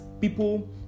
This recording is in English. people